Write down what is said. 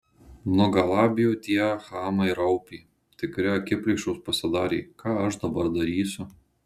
nugalabijo tie chamai raupį tikri akiplėšos pasidarė ką aš dabar darysiu